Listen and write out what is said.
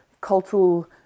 cultural